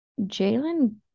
Jalen